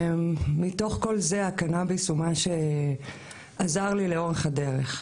מתוך כל זה הקנאביס הוא מה שעזר לי לאורך הדרך.